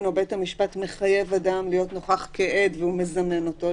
או בית המשפט מחייב אדם להיות נוכח כעד והוא מזמן אותו,